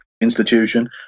institution